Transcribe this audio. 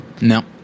No